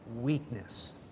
weakness